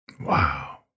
Wow